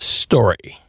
story